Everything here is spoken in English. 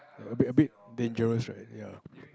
a bit a bit dangerous right ya